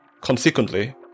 Consequently